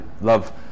love